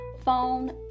phone